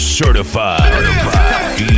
certified